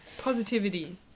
Positivity